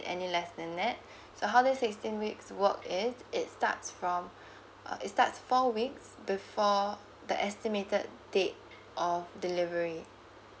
any less than that so how these sixteen weeks work is it starts from uh it starts four weeks before the estimated date of delivery